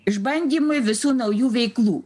išbandymui visų naujų veiklų